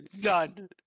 Done